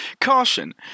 Caution